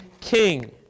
king